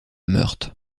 meurthe